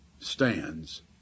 stands